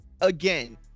again